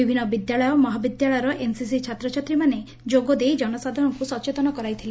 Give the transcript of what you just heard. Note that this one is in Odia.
ବିଭିନ୍ଦ ବିଦ୍ୟାଳୟ ମହାବିଦ୍ୟାଳୟର ଏନ୍ସିସି ଛାତ୍ରଛାତ୍ରୀମାନେ ଯୋଗଦେଇ ଜନସାଧାରଣଙ୍କୁ ସଚେତନ କରାଇଥିଲେ